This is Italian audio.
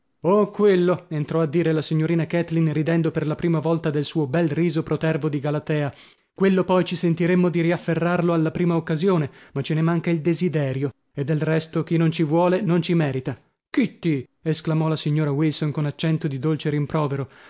oh quello entrò a dire la signorina kathleen ridendo per la prima volta del suo bel riso protervo di galatea quello poi ci sentiremmo di riafferrarlo alla prima occasione ma ce ne manca il desiderio e del resto chi non ci vuole non ci merita kitty esclamò la signora wilson con accento di dolce rimprovero